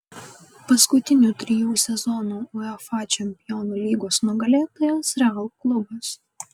paskutinių trijų sezonų uefa čempionų lygos nugalėtojas real klubas